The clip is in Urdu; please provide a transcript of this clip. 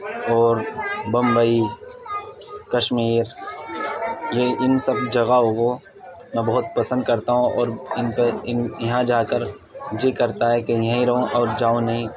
اور بمبئی کشمیر یہ ان سب جگہوں کو میں بہت پسند کرتا ہوں اور ان پہ یہاں جا کر جی کرتا ہے کہ یہیں رہوں اور جاؤں نہیں